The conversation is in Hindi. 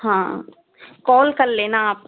हाँ कॉल कल लेना आप